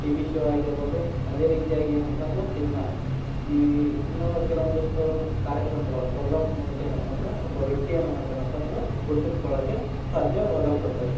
TV show ಆಗಿರ್ಬೋದು ಅದೇ ರೀತಿಯಾಗಿ ಏನಪ್ಪ ಅಂದ್ರೆ ಸಿನ್ಮಾ ಈ ಇನ್ನೂ ಕೆಲವೊಂದಿಷ್ಟು ಕಾರ್ಯಕ್ರಮಗಳು ಪ್ರೋಗ್ರಾಮ್ ಮೂಲಕ ಏನಪ್ಪ ಅಂದ್ರೆ ಒಬ್ಬ ವ್ಯಕ್ತಿ ಏನುಮಾಡ್ತಾನಪ್ಪ ಅಂದ್ರೆ ಗುರುತಿಸ್ಕೊಳ್ಳಕ್ಕೆ ಸಾಧ್ಯವಾಗಲ್ಪಡ್ತಾಯಿರ್ತಾನೆ